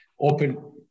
open